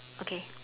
okay